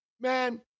man